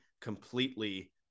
completely